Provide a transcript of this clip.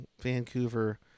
Vancouver